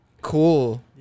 cool